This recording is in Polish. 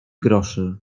groszy